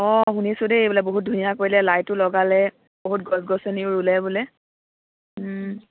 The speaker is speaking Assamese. অঁ শুনিছোঁ দেই বোলে বহুত ধুনীয়া কৰিলে লাইটো লগালে বহুত গছ গছনিও ৰুলে বোলে